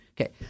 Okay